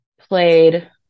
played